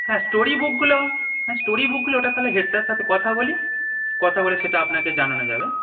হ্যাঁ স্টোরি বুকগুলো হ্যাঁ স্টোরি বুকগুলো ওটা তাহলে হেড স্যারের সাথে কথা বলি কথা বলে সেটা আপনাকে জানানো যাবে